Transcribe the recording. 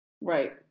Right